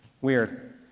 weird